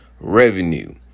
revenue